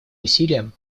усилиям